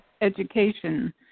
education